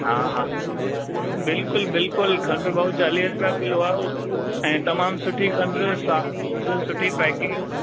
हा हा बिल्कुलु बिल्कुलु खंडु भाऊ चालीह रुपिया किलो आहे ऐं तमामु सुठी खंडु सॉफ्ट सुठी पैकिंग